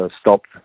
stopped